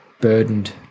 burdened